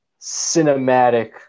cinematic